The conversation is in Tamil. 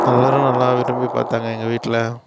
எல்லோரும் நல்லா விரும்பி பார்த்தாங்க எங்கள் வீட்டில்